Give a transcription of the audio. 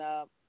up